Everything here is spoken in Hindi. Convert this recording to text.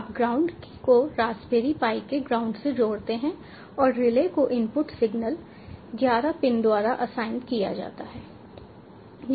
आप ग्राउंड को रास्पबेरी पाई के ग्राउंड से जोड़ते हैं और रिले को इनपुट सिग्नल 11 पिन द्वारा असाइन किया जाता है